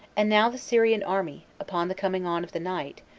and now the syrian army, upon the coming on of the night,